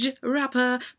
rapper